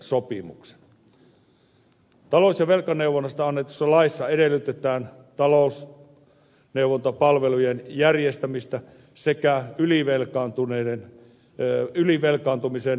talous ja velkaneuvonnasta annetussa laissa edellytetään talousneuvontapalvelujen järjestämistä sekä ylivelkaantumisen ennaltaehkäisyä